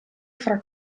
fra